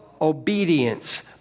obedience